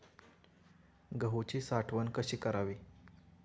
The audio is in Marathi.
गहूची साठवण कशी करावी?